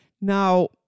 Now